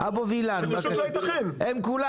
זה פשוט לא ייתכן, כמה